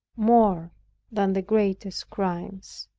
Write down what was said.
more than the greatest crimes.